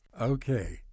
Okay